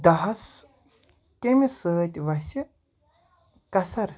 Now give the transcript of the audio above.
دَہس کیٚمہِ سۭتۍ وَسہِ کَسر